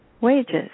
wages